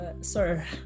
sir